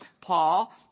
Paul